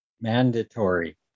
mandatory